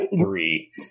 three